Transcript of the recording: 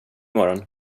morgon